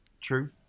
True